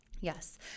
Yes